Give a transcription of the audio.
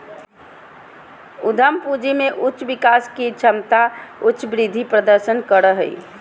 उद्यम पूंजी में उच्च विकास के क्षमता उच्च वृद्धि प्रदर्शन करो हइ